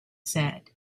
said